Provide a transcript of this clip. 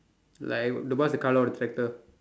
like what's the colour of the tractor